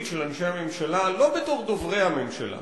של אנשי הממשלה לא בתור דוברי הממשלה,